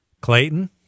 Clayton